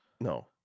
No